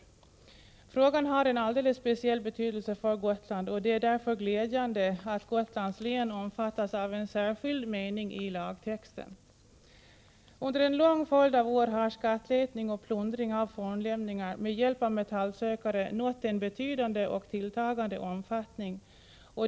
Frågan har Ö å Förbud att använen alldeles speciell betydelse för Gotland, och det är därför glädjande att 44 metallsökare för Gotlands län ömfättas av en särskild mening i lagtexten. s.k. skattletning, Under en lång följd av år har skattletning och plundring av fornlämningar =» m med hjälp av metallsökare pågått och har nu nått en betydande och tilltagande omfattning.